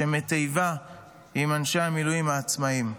שמיטיבה עם אנשי המילואים העצמאים,